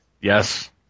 Yes